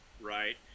right